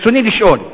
ברצוני לשאול: